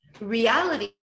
Reality